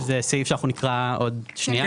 זה הסעיף שאנחנו נקרא עוד שנייה,